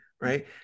Right